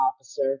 officer